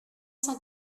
cent